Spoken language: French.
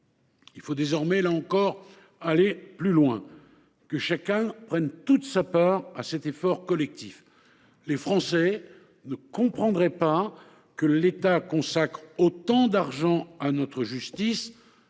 il faut désormais aller plus loin et que chacun prenne toute sa part à cet effort collectif. Les Français ne comprendraient pas que l’État consacre autant d’argent à notre justice